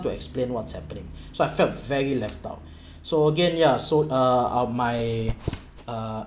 to explain what's happening so I felt very left out so again yeah so uh my uh